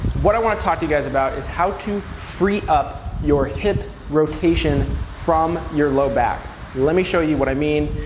what i want to talk to you guys about is how to free up your hip rotation from your low back. let me show you what i mean.